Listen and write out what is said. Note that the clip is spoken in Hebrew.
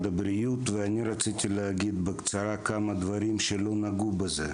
הבריאות ואני רציתי להגיד בקצרה כמה דברים שלא נגעו בהם.